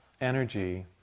energy